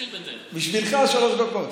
בשבילך, שלוש דקות.